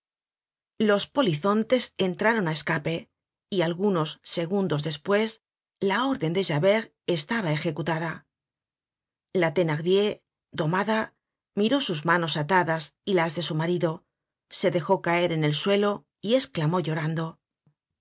los polizontes entraron á escape y algunos segundos despues la orden de javert estaba ejecutada la thenardier domada miró sus manos atadas y las de su marido se dejó caer en el suelo y esclamó llorando